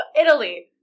Italy